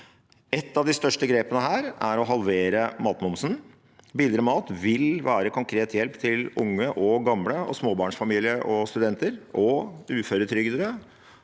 Ett av de største grepene her er å halvere matmomsen. Billigere mat vil være konkret hjelp til unge og gamle, småbarnsfamilier, studenter, uføretrygdede